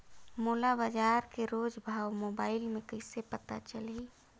मोला बजार के रोज भाव मोबाइल मे कइसे पता चलही?